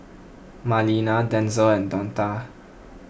Marlena Denzel and Donta